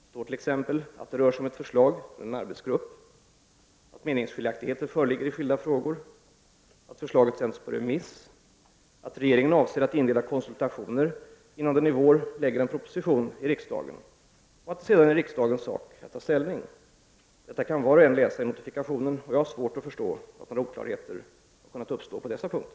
Det står t.ex. att det rör sig om ett förslag från en arbetsgrupp, att meningsskiljaktigheter föreligger i skilda frågor, att förslaget sänts på remiss, att regeringen avser att inleda konsultationer innan den i vår lägger en proposition i riksdagen och att det sedan är riksdagens sak att ta ställning. Detta kan var och en läsa i notifikationen, och jag har svårt att förstå att några oklarheter har kunnat uppstå på dessa punkter.